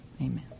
amen